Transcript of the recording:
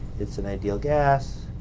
it's an ideal gas